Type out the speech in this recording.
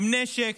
עם נשק,